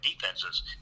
defenses